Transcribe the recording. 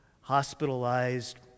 hospitalized